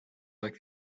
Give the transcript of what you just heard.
like